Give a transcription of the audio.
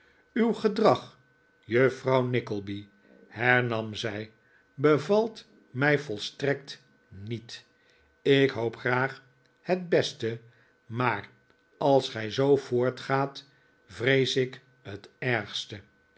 uw gedrag juffrouw nickleby hernam zij bevalt mij volstrekt niet ik hoop graag het beste maar als gij zoo voortgaat vrees ik het ergste